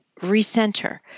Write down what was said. recenter